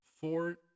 four